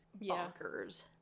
bonkers